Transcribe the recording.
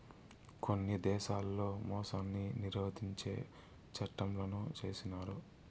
కొన్ని దేశాల్లో మోసాన్ని నిరోధించే చట్టంలను చేసినారు